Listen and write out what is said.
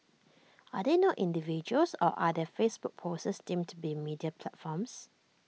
are they not individuals or are their Facebook posts deemed to be media platforms